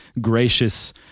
gracious